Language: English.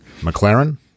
McLaren